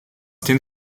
den